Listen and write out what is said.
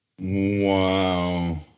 Wow